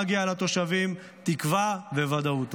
מגיעות לתושבים תקווה וודאות.